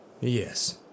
yes